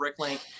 Bricklink